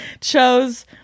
chose